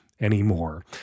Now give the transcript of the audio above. anymore